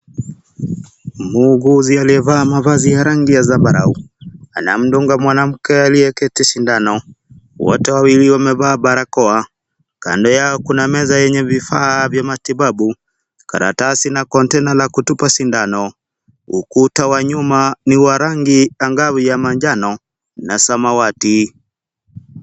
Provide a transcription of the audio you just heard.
Muuguzi aliyevaa mavazi ya rangi ya sambarau. Anamdunga mwanamke aliyeketi sindano. Wote wawili wamevaa barakoa. Kando Yao kuna meza yenye vifaa vya matibabu, karatasi na container la kutupa sindano. Ukuta wa nyuma ni wa rangi angavu ya manjano na samawati.